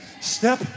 step